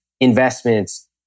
investments